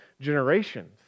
generations